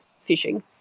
fishing